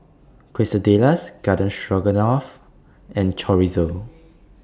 Quesadillas Garden Stroganoff and Chorizo